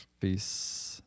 Peace